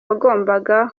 wagombaga